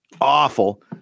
awful